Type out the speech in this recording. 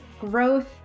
growth